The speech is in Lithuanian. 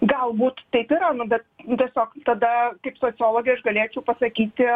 galbūt taip yra nu bet tiesiog tada kaip sociologė aš galėčiau pasakyti